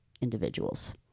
individuals